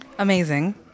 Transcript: Amazing